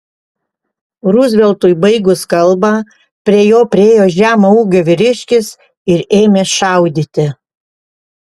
ruzveltui baigus kalbą prie jo priėjo žemo ūgio vyriškis ir ėmė šaudyti